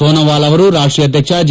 ಸೋನೊವಾಲ್ ಅವರು ರಾಷ್ಷೀಯ ಅಧ್ಯಕ್ಷ ಜೆ